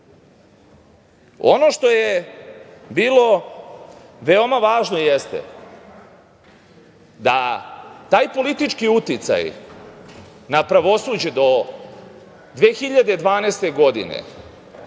što je bilo važno jeste da taj politički uticaj na pravosuđe do 2012. godine